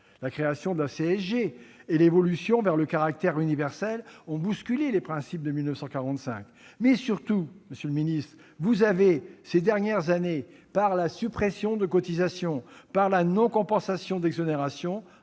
la création de la CSG et l'évolution vers le caractère universel ont bousculé les principes de 1945, mais, surtout, monsieur le secrétaire d'État, vous avez, ces dernières années, par la suppression de cotisations et par la non-compensation d'exonérations,